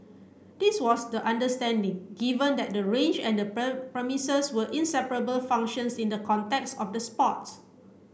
this was the understanding given that the range and the premises were inseparable functions in the context of the sports